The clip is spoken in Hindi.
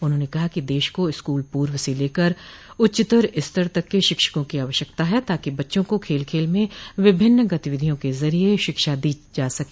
उन्होंने कहा कि देश को स्कूल पूर्व से लेकर उच्चतर स्तर तक के शिक्षकों की आवश्यकता है ताकि बच्चों को खेल खेल में विभिन्न गतिविधियों के जरिये शिक्षा दो जा सके